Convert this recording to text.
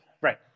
Right